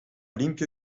limpio